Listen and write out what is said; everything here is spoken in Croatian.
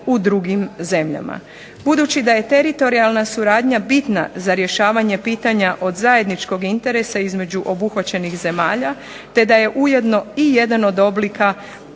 u drugim zemljama. Budući da je teritorijalna suradnja bitna za rješavanje pitanja od zajedničkog interesa između obuhvaćenih zemalja te da je ujedno i jedan od oblika